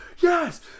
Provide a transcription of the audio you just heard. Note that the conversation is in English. yes